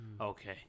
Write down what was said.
Okay